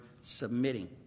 submitting